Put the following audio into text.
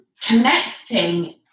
connecting